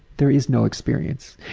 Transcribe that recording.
there is no experience.